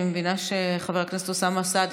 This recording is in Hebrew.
אני מבינה שחבר הכנסת אוסאמה סעדי,